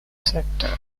sector